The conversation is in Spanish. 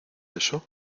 eso